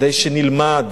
כדאי שנלמד